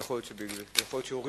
שפכים של איגוד ערים